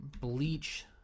Bleach